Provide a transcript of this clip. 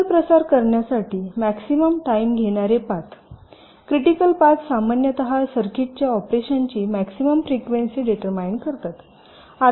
signal प्रसार करण्यासाठी maximum time घेणारे पाथ क्रिटिकल पाथ सामान्यत सर्किटच्या ऑपरेशनची मॅक्सिमम फ्रिक्वेन्सी डिटरमाईन करतात